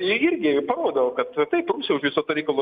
jie irgi parodo kad taip rusija už viso to reikalo